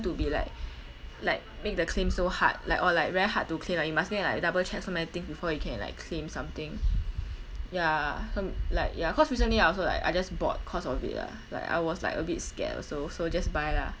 to be like like make the claim so hard like or like very hard to claim like you must make like double check so many things before you can like claim something ya hmm like ya cause recently I also like I just bought cause of it lah like I was like a bit scared also so just buy lah